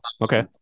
Okay